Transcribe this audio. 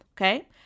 okay